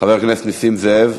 חבר הכנסת נסים זאב?